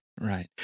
Right